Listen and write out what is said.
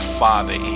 father